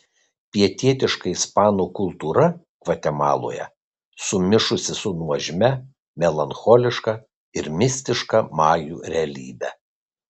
pietietiška ispanų kultūra gvatemaloje sumišusi su nuožmia melancholiška ir mistiška majų realybe